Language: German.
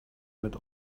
mit